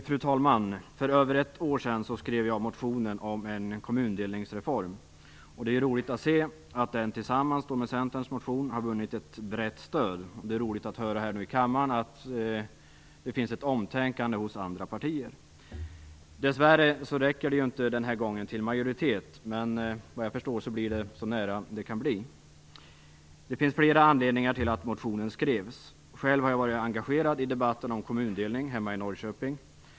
Fru talman! För över ett år sedan skrev jag motionen om en kommundelningsreform. Det är roligt att se att den tillsammans med Centerns motion har vunnit ett brett stöd. Det är roligt att höra här i kammaren att det finns ett omtänkande hos andra partier. Dess värre räcker det inte den här gången till majoritet. Men såvitt jag förstår är det så nära det kan bli. Det finns flera anledningar till att motionen skrevs. Själv har jag varit engagerad i debatten om kommundelning hemma i Norrköping.